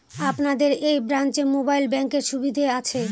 আপনাদের এই ব্রাঞ্চে মোবাইল ব্যাংকের সুবিধে আছে?